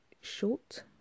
short